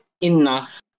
enough